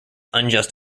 unjust